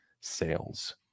sales